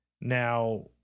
Now